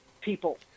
people